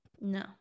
No